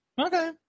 Okay